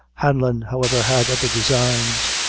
hanlon, however, had other designs.